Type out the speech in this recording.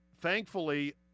thankfully